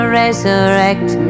resurrect